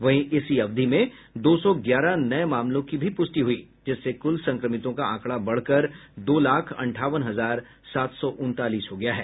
वहीं इसी अवधि में दो सौ ग्यारह नये मामलों की भी पुष्टि हुई जिससे कुल संक्रमितों का आंकड़ा बढ़कर दो लाख अंठावन हजार सात सौ उनतालीस हो गया है